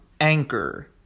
Anchor